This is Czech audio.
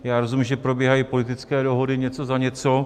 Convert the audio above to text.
Já rozumím, že probíhají politické dohody něco za něco.